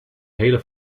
hele